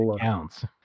counts